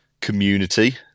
community